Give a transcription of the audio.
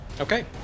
okay